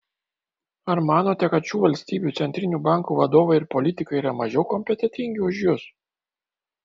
ar manote kad šių valstybių centrinių bankų vadovai ir politikai yra mažiau kompetentingi už jus